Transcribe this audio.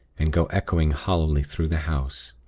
and go echoing hollowly through the house.